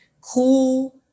cool